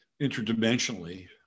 interdimensionally